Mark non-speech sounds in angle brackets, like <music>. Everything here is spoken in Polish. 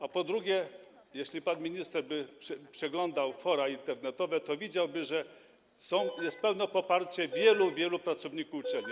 A po drugie, jeśli pan minister przeglądałby fora internetowe, to widziałby, <noise> że jest pełne poparcie wielu, wielu pracowników uczelni.